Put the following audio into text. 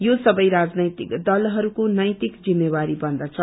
यो सबै राजनीतिक दलहरूको नैतिक जिम्मेवारी बन्दछ